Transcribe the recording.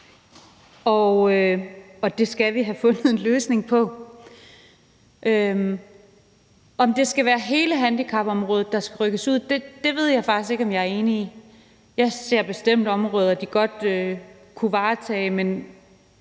og det skal vi have fundet en løsning på. Om det skal være hele handicapområdet, der skal rykkes ud, ved jeg faktisk ikke om jeg er enig i. Jeg ser bestemt områder, de godt kunne varetage, men